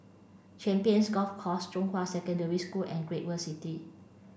Champions Golf Course Zhonghua Secondary School and Great World City